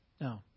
No